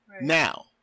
Now